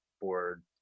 board